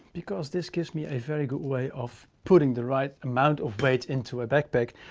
because this gives me a very good way of putting the right amount of weight into a backpack.